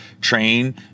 train